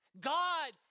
God